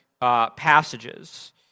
passages